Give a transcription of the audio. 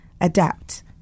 adapt